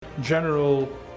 general